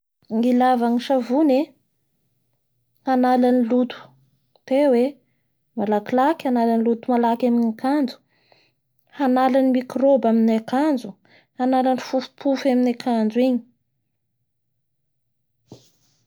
Ny laforo moa zay maro ny raha ilay azy ao i hanamboara tegna mofo mamy, ao i hanamboarategna pizza zao fe afaky andrahoa avao koa i, abdrahoa vary, andrahoatenga laoky avao koa.